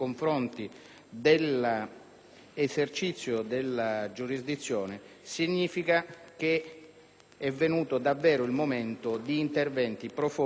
dell'esercizio della giurisdizione significa che è venuto davvero il momento di interventi profondi e radicali.